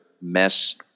mess